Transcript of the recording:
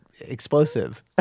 explosive